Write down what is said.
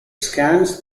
scans